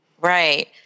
Right